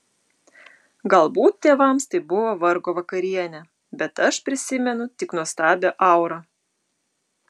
galbūt tėvams tai buvo vargo vakarienė bet aš prisimenu tik nuostabią aurą